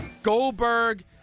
Goldberg